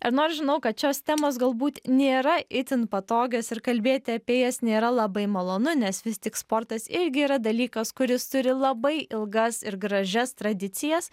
ir nors žinau kad šios temos galbūt nėra itin patogios ir kalbėti apie jas nėra labai malonu nes vis tik sportas irgi yra dalykas kuris turi labai ilgas ir gražias tradicijas